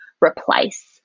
replace